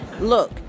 Look